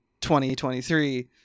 2023